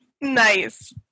Nice